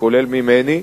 כולל ממני,